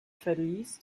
verlies